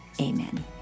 amen